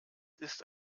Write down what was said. ist